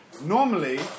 normally